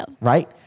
Right